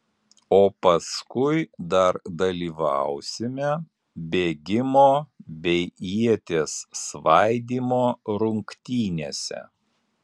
o paskui dar dalyvausime bėgimo bei ieties svaidymo rungtynėse